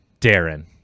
Darren